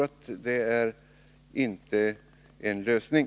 Det tror jag inte är en lösning.